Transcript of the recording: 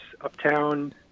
uptown